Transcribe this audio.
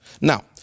Now